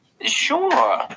sure